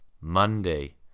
Monday